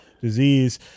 disease